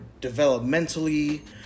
developmentally